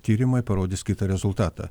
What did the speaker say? tyrimai parodys kitą rezultatą